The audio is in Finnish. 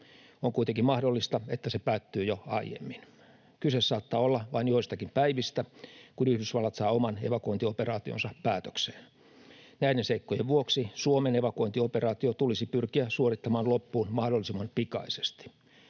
on kuitenkin mahdollista, että se päättyy jo aiemmin. Kyse saattaa olla vain joistakin päivistä, kun Yhdysvallat saa oman evakuointioperaationsa päätökseen. Näiden seikkojen vuoksi Suomen evakuointioperaatio tulisi pyrkiä suorittamaan loppuun mahdollisimman pikaisesti.